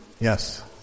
Yes